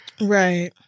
Right